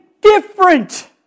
different